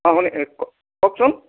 অঁ কওকচোন